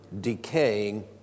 decaying